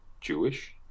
Jewish